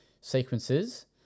sequences